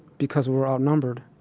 because we were outnumbered.